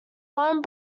one